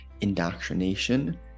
indoctrination